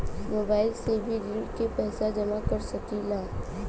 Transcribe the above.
Mobile से भी ऋण के पैसा जमा कर सकी ला?